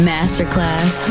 Masterclass